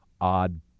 odd